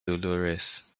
dolores